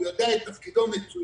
הוא יודע את תפקידו מצוין.